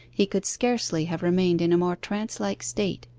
he could scarcely have remained in a more trance-like state.